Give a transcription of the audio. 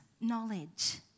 knowledge